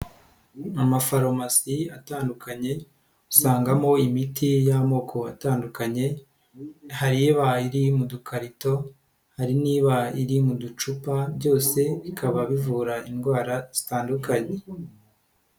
Mu mafarumasi atandukanye, usangamo imiti y'amoko atandukanye; hari iba iri mu dukarito, hari niba iri mu ducupa, byose bikaba bivura indwara zitandukanye.